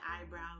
eyebrows